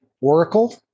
Oracle